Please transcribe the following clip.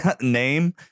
name